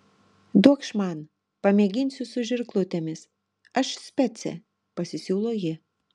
duokš man pamėginsiu su žirklutėmis aš specė pasisiūlo ji